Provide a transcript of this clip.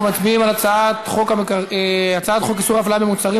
אנחנו מצביעים על הצעת חוק איסור הפליה במוצרים,